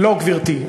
לא, גברתי.